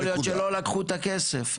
יכול להיות שלא לקחו את הכסף,